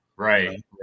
Right